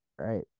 Right